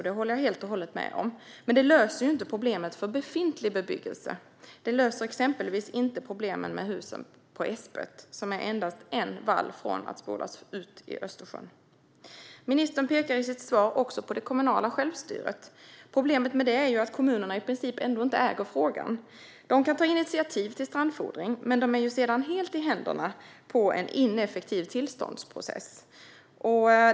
Det håller jag helt med om, men det löser ju inte problemen för befintlig bebyggelse. Det gäller till exempel husen på Äspet som är endast en vall från att spolas ut i Östersjön. Ministern pekar i sitt svar också på det kommunala självstyret. Problemet med det är ju att kommunerna i princip ändå inte äger frågan. De kan ta initiativ till strandfodring men är sedan helt i händerna på en ineffektiv tillståndsprocess.